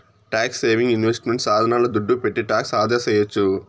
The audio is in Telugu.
ట్యాక్స్ సేవింగ్ ఇన్వెస్ట్మెంట్ సాధనాల దుడ్డు పెట్టి టాక్స్ ఆదాసేయొచ్చు